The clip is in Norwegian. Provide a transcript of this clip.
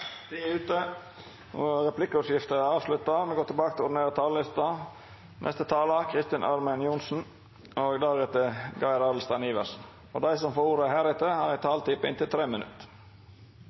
Tida er ute, og replikkordskiftet er omme. Dei som heretter får ordet, har ei taletid på inntil 3 minutt.